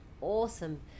awesome